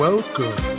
Welcome